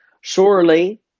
Surely